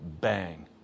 Bang